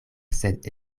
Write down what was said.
sed